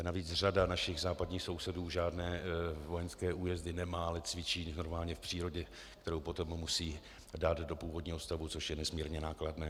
Navíc řada našich západních sousedů žádné vojenské újezdy nemá, cvičí normálně v přírodě, kterou potom musí dát do původního stavu, což je nesmírně nákladné.